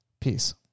Peace